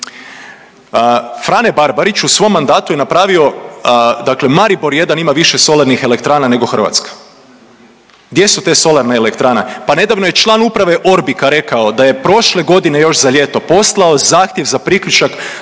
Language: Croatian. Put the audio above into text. Frane Barbarić u svom mandatu je napravio dakle Maribor jedan ima više solarnih elektrana nego Hrvatska. Gdje su te solarne elektrane? Pa nedavno je član Uprave Orbico-a rekao da je prošle godine još za ljeto poslao zahtjev za priključak